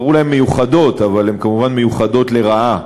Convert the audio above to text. קראו להם "מיוחדות", אבל הן כמובן מיוחדות לרעה.